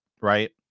right